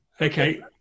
Okay